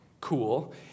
Cool